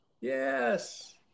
Yes